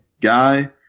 Guy